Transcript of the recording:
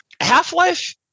Half-Life